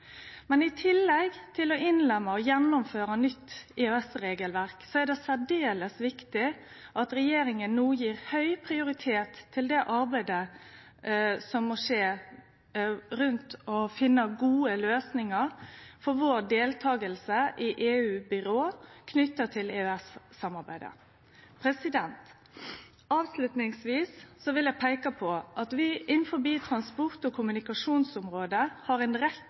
Men i tillegg til å innlemme og gjennomføre nytt EØS-regelverk er det særdeles viktig at regjeringa no gjev høg prioritet til det arbeidet som må skje for å finne gode løysingar for vår deltaking i EU-byrå knytte til EØS-samarbeidet. Avslutningsvis vil eg peike på at vi innanfor transport- og kommunikasjonsområdet har